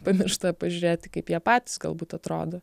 pamiršta pažiūrėti kaip jie patys galbūt atrodo